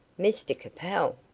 mr capel!